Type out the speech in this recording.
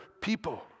people